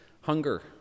hunger